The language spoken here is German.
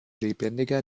lebendiger